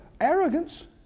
arrogance